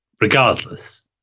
regardless